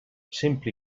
sempre